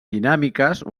dinàmiques